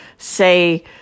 say